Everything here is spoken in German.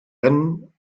rennen